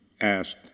asked